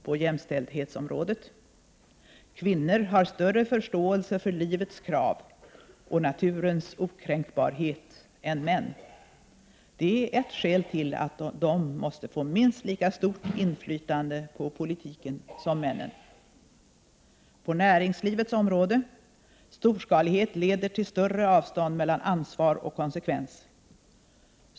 — På jämställdhetsområdet — kvinnor har större förståelse för livets krav och naturens okränkbarhet än män. Det är ett skäl till att de måste få minst lika stort inflytande på politiken som männen. — På näringslivets område — storskalighet leder till större avstånd mellan ansvar och konsekvens.